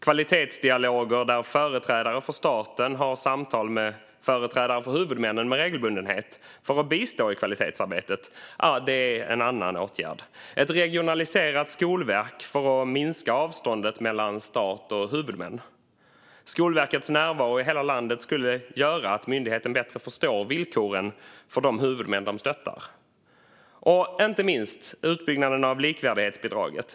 Kvalitetsdialoger där företrädare för staten med regelbundenhet har samtal med företrädare för huvudmännen för att bistå i kvalitetsarbetet är en annan åtgärd. Det handlar också om ett regionaliserat skolverk för att minska avståndet mellan stat och huvudmän. Skolverkets närvaro i hela landet skulle göra att myndigheten bättre förstår villkoren för de huvudmän de stöttar. Och det handlar inte minst om utbyggnaden av likvärdighetsbidraget.